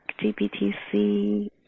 GPTC